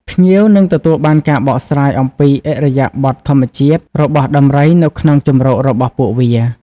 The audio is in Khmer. ភ្ញៀវនឹងទទួលបានការបកស្រាយអំពី ឥរិយាបថធម្មជាតិ របស់ដំរីនៅក្នុងជម្រករបស់ពួកវា។